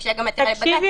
הוגשה גם עתירה לבג"ץ,